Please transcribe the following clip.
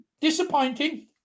disappointing